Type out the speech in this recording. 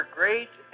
great